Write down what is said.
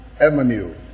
emmanuel